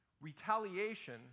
Retaliation